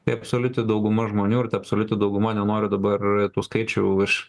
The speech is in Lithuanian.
tai absoliuti dauguma žmonių ir ta absoliuti dauguma nenoriu dabar tų skaičių iš